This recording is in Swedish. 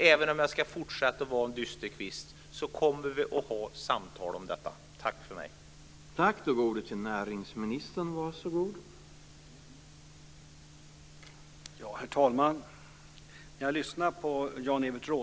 Även om jag fortsätter att vara en dysterkvist så kommer det att krävas att vi fortsätter att föra samtal om detta.